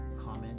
comment